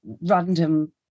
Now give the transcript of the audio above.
random